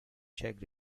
czech